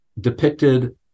depicted